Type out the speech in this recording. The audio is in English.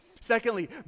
Secondly